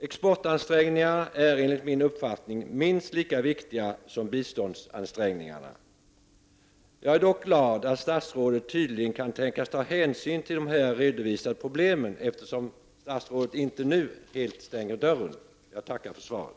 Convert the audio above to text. Exportansträngningarna är enligt min uppfattning minst lika viktiga som biståndsansträngningarna. Jag är dock glad att statsrådet tydligen kan tänkas ta hänsyn till de här redovisade problemen, eftersom statsrådet inte nu helt stänger dörren. Jag tackar för svaret.